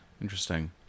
Interesting